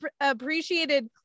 appreciated